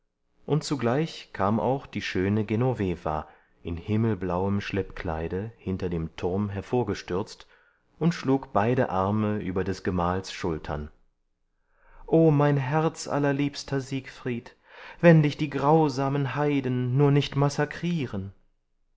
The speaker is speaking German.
und zugleich kam auch die schöne genoveva in himmelblauem schleppkleide hinter dem turm hervorgestürzt und schlug beide arme über des gemahls schultern oh mein herzallerliebster siegfried wenn dich die grausamen heiden nur nicht massakrieren